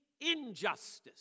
injustice